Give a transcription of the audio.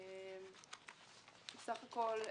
בסך הכול,